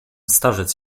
starzec